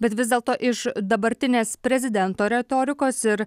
bet vis dėlto iš dabartinės prezidento retorikos ir